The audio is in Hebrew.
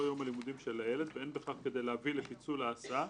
יום הלימודים של הילד ואין בכך כדי להביא לפיצול ההסעה